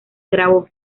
grabó